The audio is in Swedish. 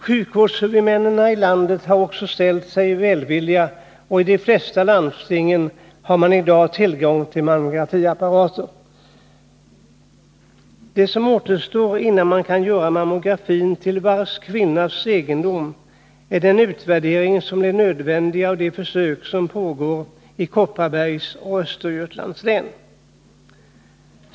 Sjukvårdshuvudmännen i landet har också ställt sig välvilliga, och de flesta landstingen har i dag tillgång till mammografiapparater. Det som återstår innan man kan göra mammografin till varje kvinnas egendom är den utvärdering av pågående försök i Kopparbergs och Östergötlands län som blir nödvändig.